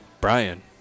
Brian